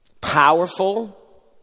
powerful